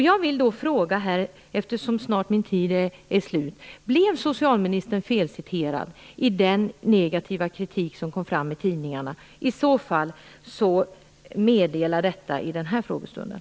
Jag vill fråga socialministern om den negativa kritik som kom fram i tidningarna berodde på att hon blev felciterad. I så fall - meddela detta i den här debatten.